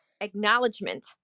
acknowledgement